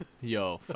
Yo